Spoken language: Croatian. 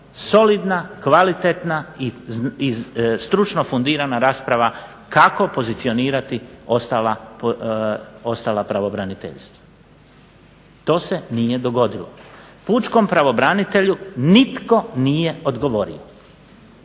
solidna, kvalitetna i stručno fundirana rasprava kako pozicionirati ostala pravobraniteljstva. To se nije dogodilo. Pučkom pravobranitelju nitko nije odgovorio.